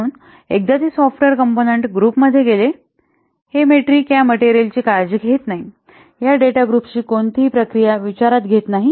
म्हणून एकदा ते सॉफ्टवेअर कॉम्पोनन्ट ग्रुप मध्ये गेले हे मेट्रिक या मटेरियल ची काळजी घेत नाही या डेटा ग्रुप्सची कोणतीही प्रक्रिया विचारात घेत नाही